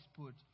put